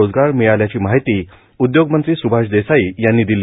रोजगार मिळाल्याची माहिती उद्योगमंत्री सुभाष देसाई यांनी दिली